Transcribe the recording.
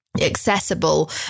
accessible